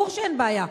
ברור שאין בעיה,